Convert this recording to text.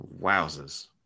Wowzers